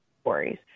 stories